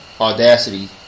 audacity